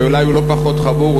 אולי הוא לא פחות חמור,